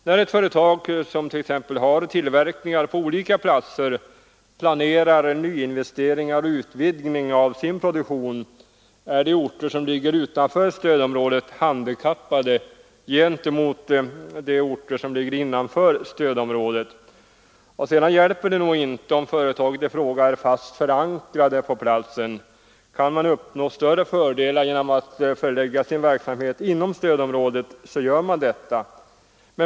När ett företag, som t.ex. har tillverkningar på olika platser, har planer på nyinvesteringar och utvidgning av sin produktion, är de orter som ligger utanför stödområdet handikappade gentemot de orter som ligger innanför stödområdet. Sedan hjälper det nog inte om företaget i fråga är fast förankrat på platsen. Kan man uppnå större fördelar genom att förlägga sin verksamhet inom stödområdet så gör man det.